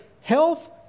health